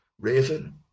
Raven